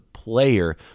Player